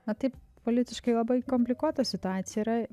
na taip politiškai labai komplikuota situacija yra